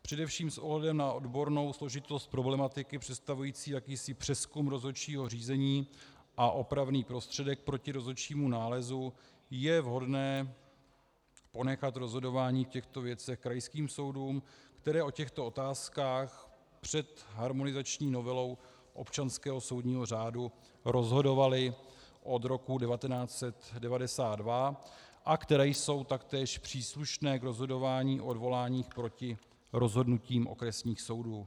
Především s ohledem na odbornou složitost problematiky představující jakýsi přezkum rozhodčího řízení a opravný prostředek proti rozhodčímu nálezu je vhodné ponechat rozhodování v těchto věcech krajským soudům, které o těchto otázkách před harmonizační novelou občanského soudního řádu rozhodovaly od roku 1992 a které jsou taktéž příslušné k rozhodování o odvolání proti rozhodnutím okresních soudů.